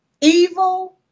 Evil